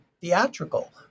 theatrical